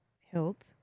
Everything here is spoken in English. hilt